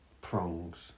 Prongs